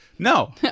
No